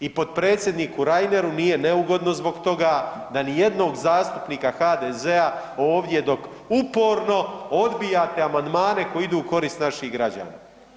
I potpredsjedniku Reineru nije neugodno zbog toga da ni jednog zastupnika HDZ-a ovdje dok uporno odbijate amandmane koji idu u korist naših građana.